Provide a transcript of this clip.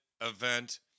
event